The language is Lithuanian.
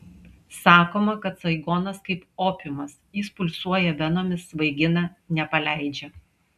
sakoma kad saigonas kaip opiumas jis pulsuoja venomis svaigina nepaleidžia